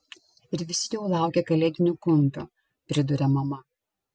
ir visi jau laukia kalėdinių kumpių priduria mama